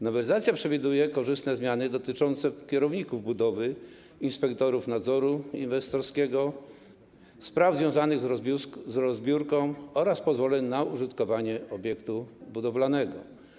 Nowelizacja przewiduje korzystne zmiany dotyczące kierowników budowy, inspektorów nadzoru inwestorskiego, spraw związanych z rozbiórką oraz pozwoleń na użytkowanie obiektu budowlanego.